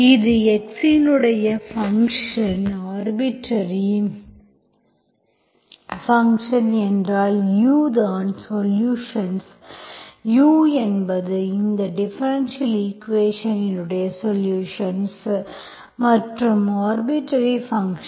இது y இன் function x0 arbitrary function ஏனென்றால் u தான் சொலுஷன்ஸ் u என்பது இந்த டிஃபரென்ஷியல் ஈக்குவேஷன்ஸ்இன் சொலுஷன்ஸ் மற்றும் ஆர்பிட்டர்ரி ஃபங்க்ஷன்